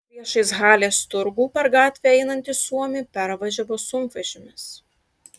priešais halės turgų per gatvę einantį suomį pervažiavo sunkvežimis